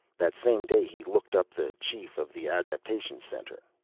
that same day he looked up the chief of the adaptation center.